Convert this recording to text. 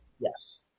Yes